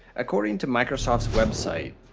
according to microsoft's website,